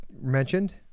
mentioned